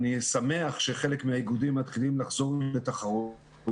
אני שמח שחלק מהאיגודים מתחילים לחזור לתחרויות.